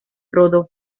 rodó